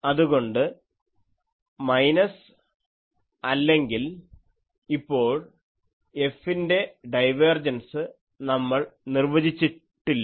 അതുകൊണ്ട് മൈനസ് അല്ലെങ്കിൽ ഇപ്പോൾ F ൻ്റെ ഡൈവേർജൻസ് നമ്മൾ നിർവചിച്ചിട്ടില്ല